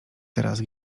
teraz